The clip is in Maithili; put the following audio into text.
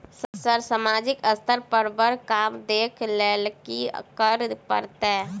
सर सामाजिक स्तर पर बर काम देख लैलकी करऽ परतै?